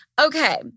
Okay